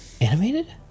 Animated